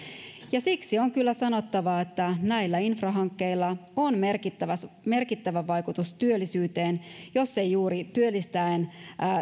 siksi on kyllä sanottava että näillä infrahankkeilla on merkittävä vaikutus työllisyyteen jos ei juuri työllistäen